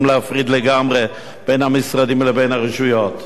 להפריד לגמרי בין המשרדים לבין הרשויות.